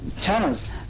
channels